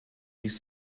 ließ